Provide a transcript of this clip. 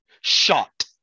shot